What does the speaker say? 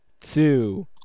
two